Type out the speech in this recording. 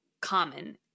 common